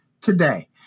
today